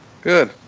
Good